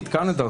קנדה,